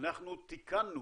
אנחנו תיקנו